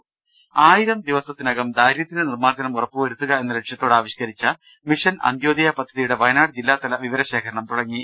രുട്ട്ട്ട്ട്ട്ട്ട്ട്ട ആയിരം ദിവസത്തിനകം ദാരിദ്രൃ നിർമ്മാർജ്ജനം ഉറപ്പുവരുത്തുക എന്ന ലക്ഷ്യത്തോടെ ആവിഷ്കരിച്ച മിഷൻ അന്ത്യോദയ പദ്ധതിയുടെ വയനാട് ജില്ലാതല വിവരശേഖരണം തുടങ്ങി